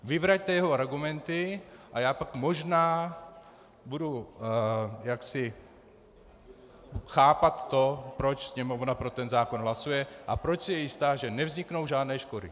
Vyvraťte jeho argumenty, a já pak možná budu jaksi chápat to, proč Sněmovna pro ten zákon hlasuje a proč si je jistá, že nevzniknou žádné škody.